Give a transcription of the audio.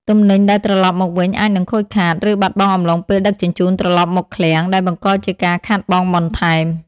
ទំនិញដែលត្រឡប់មកវិញអាចនឹងខូចខាត ឬបាត់បង់អំឡុងពេលដឹកជញ្ជូនត្រឡប់មកឃ្លាំង ដែលបង្កជាការខាតបង់បន្ថែម។